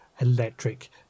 electric